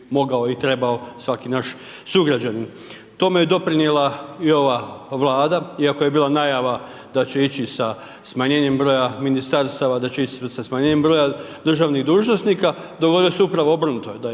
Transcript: mogao i trebao svaki naš sugrađanin. Tome je doprinijela i ova Vlada iako je bila najava da će ići sa smanjenjem broja ministarstava, da će ići sa smanjenjem broja državnih dužnosnika, dogodilo se upravo obrnuto, da je